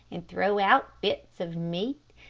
and throw out bits of meat,